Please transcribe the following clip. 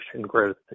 growth